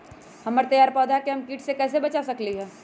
हमर तैयार पौधा के हम किट से कैसे बचा सकलि ह?